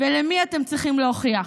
למי אתם צריכים להוכיח?